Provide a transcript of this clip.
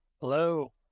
Hello